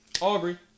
Aubrey